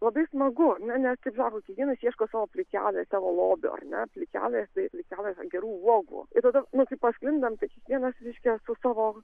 labai smagu nes nes kaip sako kiekvienas ieško savo plikelės savo lobio ar ne plikelės tai plikelė gerų uogų ir tada nu kaip pasklindam tai vienas reiškia su savo